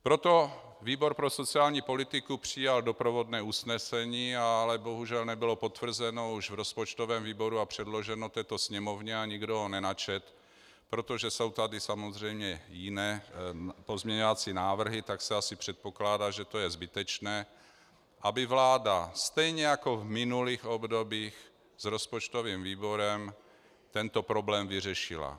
Proto výbor pro sociální politiku přijal doprovodné usnesení, ale bohužel nebylo potvrzeno už v rozpočtovém výboru a předloženo této Sněmovně a nikdo ho nenačetl, protože jsou tady samozřejmě jiné pozměňovací návrhy, tak se asi předpokládá, že to je zbytečné, aby vláda stejně jako v minulých obdobích s rozpočtovým výborem tento problém vyřešila.